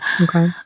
Okay